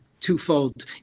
Twofold